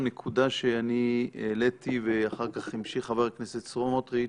לנקודה שאני העליתי ואחר כך המשיך סמוטריץ'.